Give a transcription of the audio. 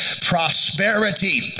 Prosperity